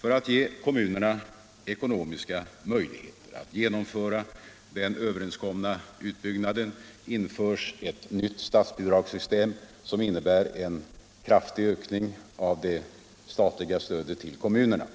För att ge kommunerna ekonomiska möjligheter att genomföra den överenskomna utbyggnaden införs ett nytt statsbidragssystem som innebär en kraftig ökning av det statliga stödet till kommunerna.